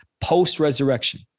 post-resurrection